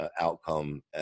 outcome